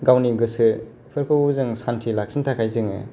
गावनि गोसोफोरखौ जों शान्तियै लाखिनो थाखाय जोङो